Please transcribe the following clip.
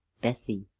bessie.